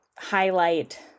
highlight